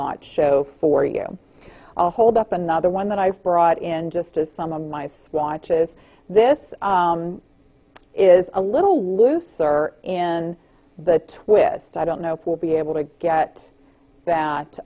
not show for you i'll hold up another one that i've brought in just as some of my swatches this is a little looser in the twist i don't know if we'll be able to get that